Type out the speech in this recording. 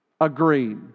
agree